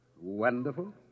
Wonderful